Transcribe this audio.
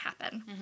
happen